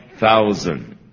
Thousand